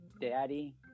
Daddy